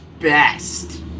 best